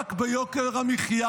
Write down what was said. מאבק ביוקר המחיה.